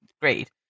great